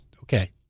okay